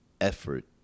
effort